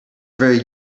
very